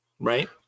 Right